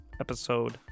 episode